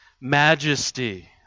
majesty